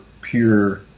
pure